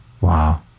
wow